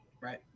right